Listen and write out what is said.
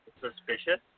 suspicious